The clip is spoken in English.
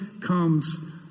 comes